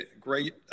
great